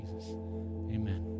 Amen